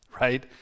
right